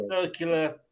circular